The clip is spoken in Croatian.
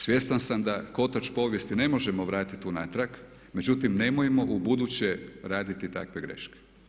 Svjestan sam da kotač povijesti ne možemo vratiti unatrag, međutim nemojmo ubuduće raditi takve greške.